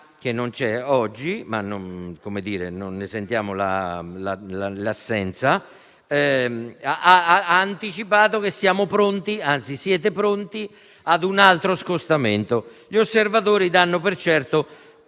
che non c'è oggi, ma non ne avvertiamo l'assenza - ha anticipato che siamo pronti - anzi siete pronti - a un altro scostamento. Gli osservatori danno per certo